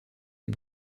les